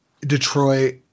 Detroit